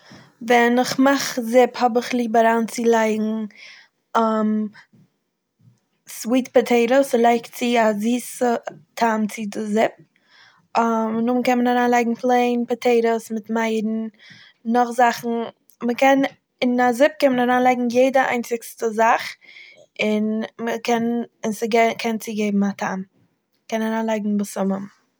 ווען איך מאך זופ האב איך ליב אריינצולייגן סוויט פאטעיטעס, ס'לייגט צו א זיסע טעם צו די זופ, נאכדעם קען מען אריינלייגן פלעין פאטעיטעס מיט מייערן, נאך זאכן, מ'קען- אין א זופ קען מען אריינלייגן יעדע איינציגסטע זאך און מ'קען- ס'ק- קען צוגעבן א טעם, מ'קען אריינלייגן בשמים.